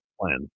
plan